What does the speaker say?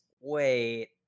wait